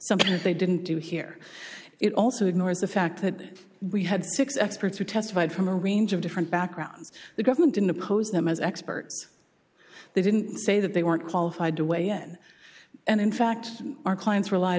that they didn't do here it also ignores the fact that we had six experts who testified from a range of different backgrounds the government didn't oppose them as experts they didn't say that they weren't qualified to weigh in and in fact our clients relied